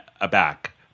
aback